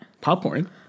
Popcorn